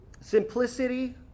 Simplicity